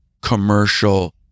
commercial